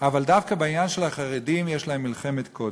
אבל דווקא בעניין של החרדים יש להם מלחמת קודש,